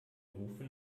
rufe